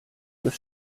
was